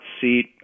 seat